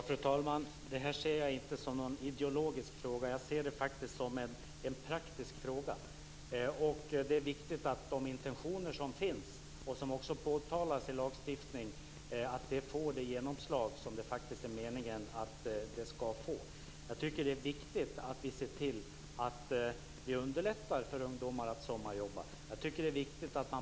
Fru talman! Jag ser inte det här som någon ideologisk fråga. Jag ser det faktiskt som en praktisk fråga. Det är viktigt att de intentioner som finns och som också påtalas i lagstiftningen får det genomslag som det faktiskt är meningen att de ska få. Jag tycker att det är viktigt att vi ser till att underlätta för ungdomar att sommarjobba.